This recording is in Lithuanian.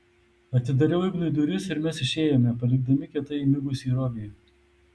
atidariau ignui duris ir mes išėjome palikdami kietai įmigusį robį